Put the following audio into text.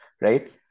Right